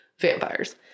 Vampires